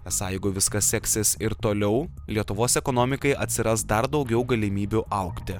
esą jeigu viskas seksis ir toliau lietuvos ekonomikai atsiras dar daugiau galimybių augti